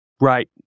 Right